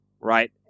right